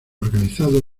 organizados